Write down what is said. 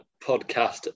podcast